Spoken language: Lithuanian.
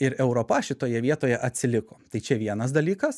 ir europa šitoje vietoje atsiliko tai čia vienas dalykas